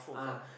ah